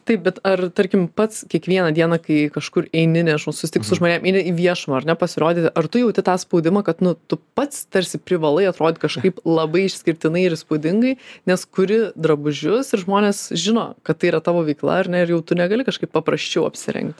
taip bet ar tarkim pats kiekvieną dieną kai kažkur eini nežinau sutikt su žmonėm į viešumą ar ne pasirodyt ar tu jauti tą spaudimą kad nu tu pats tarsi privalai atrodyt kažkaip labai išskirtinai ir įspūdingai nes kuri drabužius ir žmonės žino kad tai yra tavo veikla ar ne ir jau tu negali kažkaip paprasčiau apsirengt